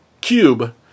cube